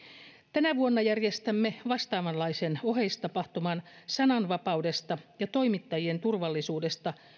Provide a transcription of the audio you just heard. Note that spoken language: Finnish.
tänä vuonna järjestämme vastaavanlaisen oheistapahtuman sananvapaudesta ja toimittajien turvallisuudesta